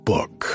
Book